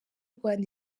rwanda